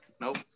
nope